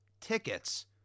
tickets